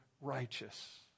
righteous